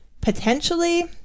potentially